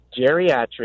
geriatrics